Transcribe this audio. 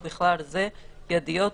ובכלל זה: ידיות,